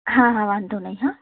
હા હા વાંધો નહીં હોં